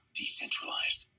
decentralized